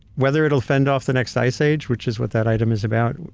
whether it'll fend off the next ice age, which is what that item is about,